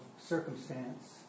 circumstance